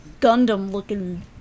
Gundam-looking